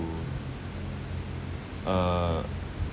uh